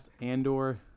Andor